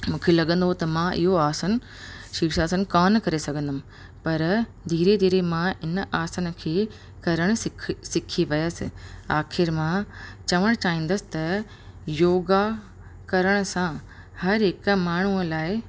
मूंखे लॻंदो हो त मां इहो आसन शीर्षासन कोन करे सघंदमि पर धीरे धीरे मां इन आसन खे करण सिख सिखी वियसि आख़िरि मां चवणु चाहींदसि त योगा करण सां हर हिकु माण्हूअ लाइ